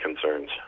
concerns